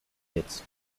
hits